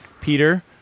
Peter